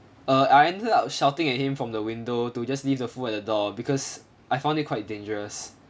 uh I ended up shouting at him from the window to just leave the food at the door because I found it quite dangerous